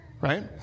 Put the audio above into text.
right